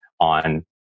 on